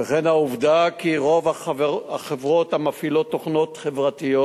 וכן העובדה כי רוב החברות המפעילות תוכנות חברתיות